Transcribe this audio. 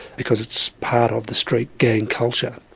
because it's part of the street gang culture.